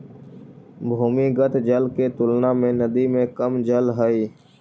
भूमिगत जल के तुलना में नदी में कम जल हई